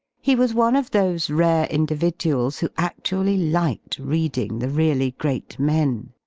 he was one of those rare individuals who adually liked reading the really great men.